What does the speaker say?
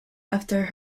after